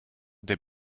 des